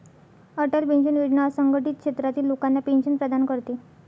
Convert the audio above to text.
Atal pension योजना असंघटित क्षेत्रातील लोकांना पेन्शन प्रदान करते